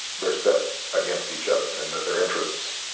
they're set against each other and that their interests